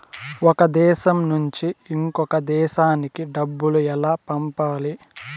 ఒక దేశం నుంచి ఇంకొక దేశానికి డబ్బులు ఎలా పంపాలి?